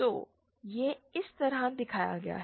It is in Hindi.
तो यह इस तरह दिखाया गया है